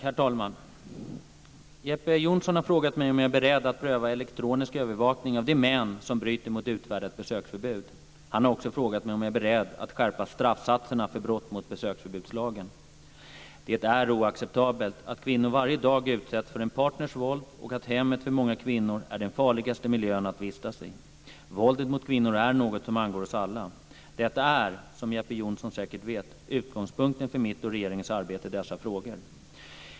Herr talman! Jeppe Johnsson har frågat mig om jag är beredd att pröva elektronisk övervakning av de män som bryter mot utfärdat besöksförbud. Han har också frågat mig om jag är beredd att skärpa straffsatserna för brott mot besöksförbudslagen. Det är oacceptabelt att kvinnor varje dag utsätts för en partners våld och att hemmet för många kvinnor är den farligaste miljön att vistas i. Våldet mot kvinnor är något som angår oss alla. Detta är, som Jeppe Jonsson säkert vet, utgångspunkten för mitt och regeringens arbete i dessa frågor.